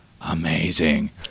amazing